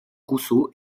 rousseau